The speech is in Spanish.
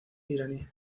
iraní